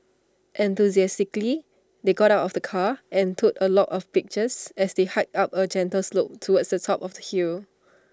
enthusiastically they got out of the car and took A lot of pictures as they hiked up A gentle slope towards the top of the hill